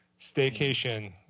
Staycation